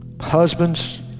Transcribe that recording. husbands